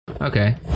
Okay